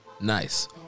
Nice